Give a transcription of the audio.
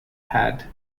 pad